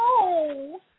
no